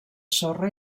sorra